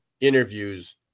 interviews